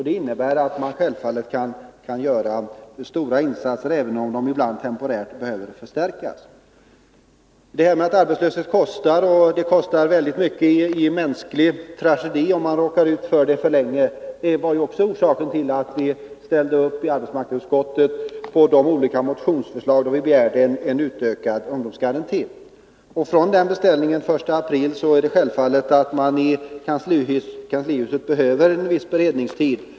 Det innebär att man kan göra stora insatser, även om dessa ibland temporärt behöver förstärkas. Att arbetslösheten kostar, även i form av mänskliga tragedier, var orsaken till att vi i arbetsmarknadsutskottet ställde upp på olika motionsförslag och begärde en utökad ungdomsgaranti. Den beställningen gjordes den 1 april, och det är självklart att man i kanslihuset behöver viss beredningstid.